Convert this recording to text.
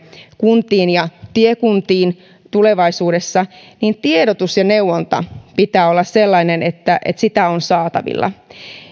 kuntiin ja tiekuntiin tulevaisuudessa niin tiedotuksen ja neuvonnan pitää olla sellainen että että sitä on saatavilla